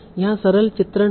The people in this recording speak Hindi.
यहाँ सरल चित्रण है